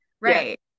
right